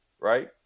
right